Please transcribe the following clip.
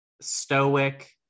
stoic